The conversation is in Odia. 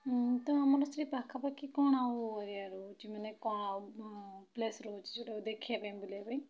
ହୁଁ ତ ଆମର ସେଇ ପାଖାପାଖି କଣ ଆଉ ଏରିଆ ରହୁଛି ମାନେ କଣ ପ୍ଲେସ୍ ରହୁଛି ଯୋଉଟାକୁ ଦେଖିବା ପାଇଁ ବୁଲିବା ପାଇଁ